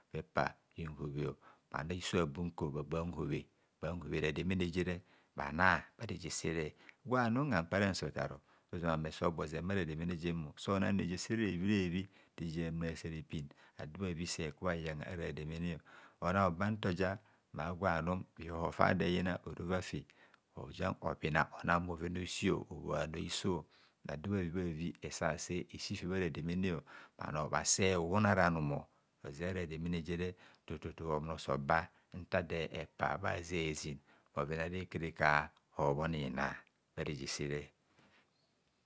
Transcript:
Bhopa bhunbobhe, ma bhanor a'hiso abum nko bhan hobhe rademene jere bhana bharejesere gwanum hankpara nse otar ozama ame sogbozen bhara demene jem so na rejesere reviorevi reje mmasa repin ado bhavi seku bha iyangha ara rademene onaoba ntoja gwanum bhihoho fa dor eyina orova fi ojian opina ohumo onan bho ven a'osi obhoa ba hiso adobha vibha vi esase esi fe bhara demene bhanor bhase ehuhun ara anum ozeara rademene jere tututu ohumo soba nta dor epa bha hezin bhoven ara ikarika hobhonina bhare je sere.